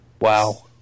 Wow